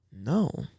No